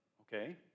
Okay